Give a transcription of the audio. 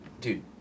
dude